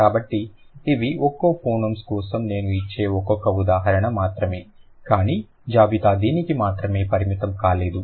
కాబట్టి ఇవి ఒక్కో ఫోనోమ్స్ కోసం నేను ఇచ్చిన ఒక్కొక్క ఉదాహరణ మాత్రమే కానీ జాబితా దీనికి పరిమితం కాలేదు